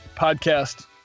podcast